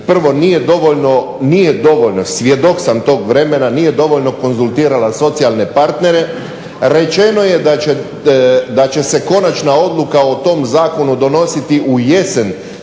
Prvo nije dovoljno, svjedok sam tog vremena, nije dovoljno konzultirala socijalne partnere, rečeno je da će se konačna odluka o tom zakonu donositi u jesen